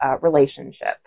relationship